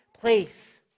place